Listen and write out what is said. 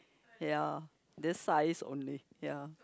ya this size only ya